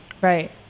Right